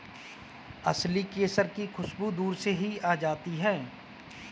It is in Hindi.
असली केसर की खुशबू दूर से ही आ जाती है